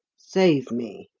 save me